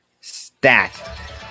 stat